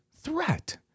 threat